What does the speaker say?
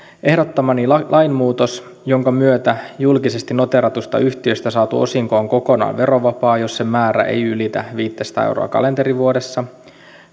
ehdottamani lainmuutos jonka myötä julkisesti noteeratusta yhtiöstä saatu osinko on kokonaan verovapaa jos sen määrä ei ylitä viittäsataa euroa kalenterivuodessa